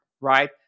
right